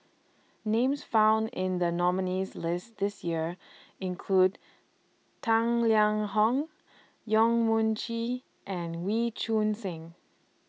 Names found in The nominees' list This Year include Tang Liang Hong Yong Mun Chee and Wee Choon Seng